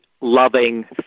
loving